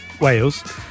Wales